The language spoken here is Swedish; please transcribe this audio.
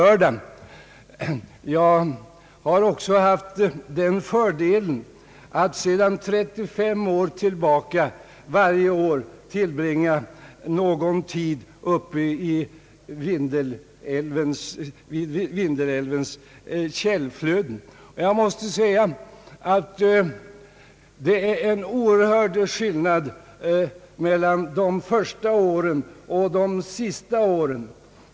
Jag har också haft fördelen att sedan 35 år tillbaka varje år tillbringa någon tid uppe vid Vindelälvens källflöden, och jag måste säga att jag märkt en synnerligen stor skillnad mellan de första åren och de senaste åren.